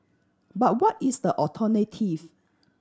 but what is the alternative